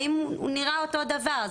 האם הוא נראה אותו דבר.